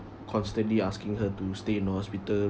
constantly asking her to stay in the hospital